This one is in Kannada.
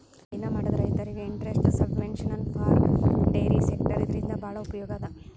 ಹೈನಾ ಮಾಡದ್ ರೈತರಿಗ್ interest subvention for dairy sector ಇದರಿಂದ್ ಭಾಳ್ ಉಪಯೋಗ್ ಅದಾ